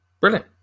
Brilliant